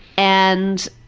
and